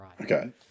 Okay